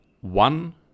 one